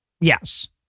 Yes